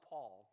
Paul